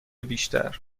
بیشتر